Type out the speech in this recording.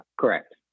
Correct